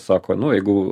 sako nu jeigu